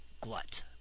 glut